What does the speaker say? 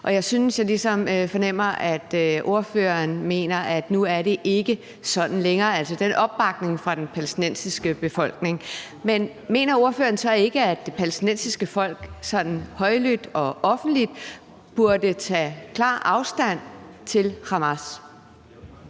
at jeg ligesom fornemmer, at ordføreren mener, at nu er det ikke sådan længere i forhold til opbakningen fra den palæstinensiske befolkning. Men mener ordføreren så ikke, at det palæstinensiske folk højlydt og offentligt burde tage klar afstand fra Hamas?